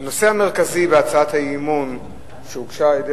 הנושא המרכזי בהצעת האי-אמון שהוגשה על-ידי